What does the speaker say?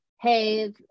hey